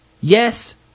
Yes